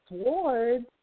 swords